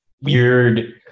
weird